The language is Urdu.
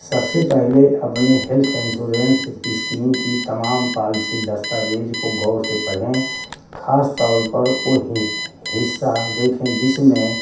سب سے پہلے اپنی ہیلتھ انسورنس اسکیم کی تمام پالسی دستاویز کو غور سے پڑھیں خاص طور پر وہ حصہ دیکھیں جس میں